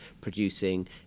producing